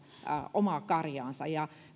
omaa karjaansa ja